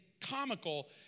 comical